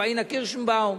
פניה קירשנבאום,